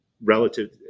relative